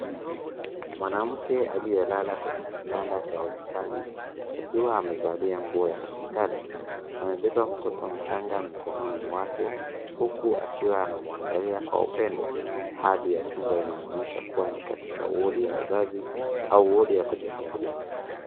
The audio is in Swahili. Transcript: Mwanamke aliyelala kwenye kitanda cha hospitali akiwa amevalia nguo ya hospitali amebeba mtoto mchanga mkononi mwake uku akiwa anamwangalia kwa upendo. Hali ya chumba inamwonyesha ni katika wodi ya wazazi au wodi ya kujifungulia.